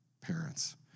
parents